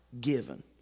given